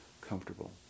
comfortable